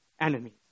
enemies